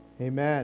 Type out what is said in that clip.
Amen